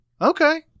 okay